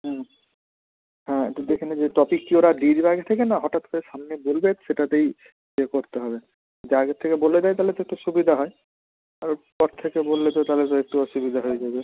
হুম হ্যাঁ একটু দেখে নিবি টপিক কী ওরা দিয়ে দেবে আগে থেকে না হঠাৎ করে সামনে বলবে সেটাতেই এ করতে হবে যদি আগের থেকে বলে দেয় তাহলে তো একটু সুবিধা হয় আর পর থেকে বললে তো তাহলে তো একটু অসুবিধা হয়ে যাবে